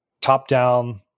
top-down